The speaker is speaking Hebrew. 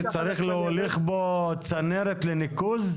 שצריך להוליך בו צנרת לניקוז?